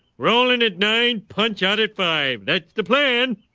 roll in at nine, punch out at five. that's the plan.